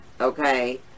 okay